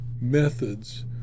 methods